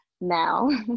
now